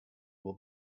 will